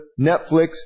Netflix